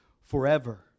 forever